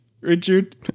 Richard